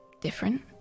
different